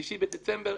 3 בדצמבר,